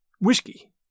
Whiskey